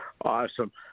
Awesome